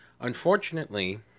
Unfortunately